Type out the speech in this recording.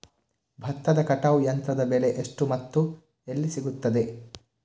ಭತ್ತದ ಕಟಾವು ಯಂತ್ರದ ಬೆಲೆ ಎಷ್ಟು ಮತ್ತು ಎಲ್ಲಿ ಸಿಗುತ್ತದೆ?